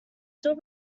still